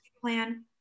plan